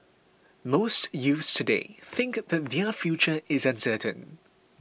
most youths today think that their future is uncertain